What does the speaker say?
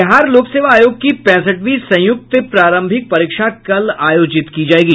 बिहार लोक सेवा आयोग की पैंसठवीं संयुक्त प्रारंभिक परीक्षा कल आयोजित की जायेगी